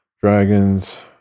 dragons